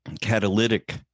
catalytic